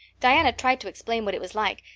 diana tried to explain what it was like,